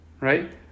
right